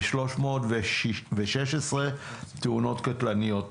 ב-316 תאונות קטלניות.